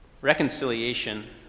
Reconciliation